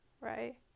right